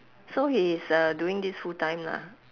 so he is uh doing this full time lah